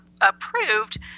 approved